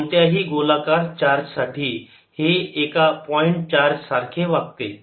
कोणत्याही गोलाकार चार्ज साठी हे एका पॉईंट चार्ज सारखे वागते